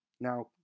Now